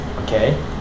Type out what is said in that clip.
Okay